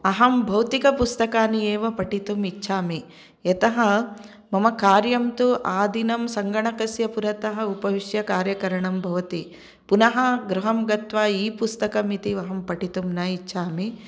अहं भौतिकपुस्तकानि एव पठितुम् इच्छामि यतः मम कार्यं तु आदिनं सङ्गणकस्य पुरतः उपविश्य कार्यकरणं भवति पुनः गृहं गत्वा ई पुस्तकम् अहं पठितुं न इच्छामि